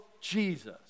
Jesus